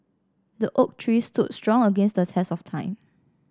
the oak tree stood strong against the test of time